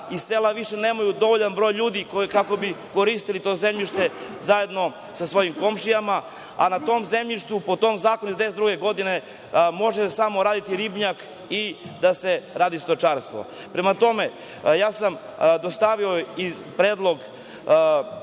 i sela više nemaju dovoljan broj ljudi koji kako bi koristili to zemljište zajedno sa svojim komšijama, a na tom zemljištu po zakonu iz 1992. godine može samo biti ribnjak i da se radi stočarstvo. Dostavio sam predlog